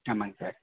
ஆமாங்க சார்